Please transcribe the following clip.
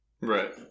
Right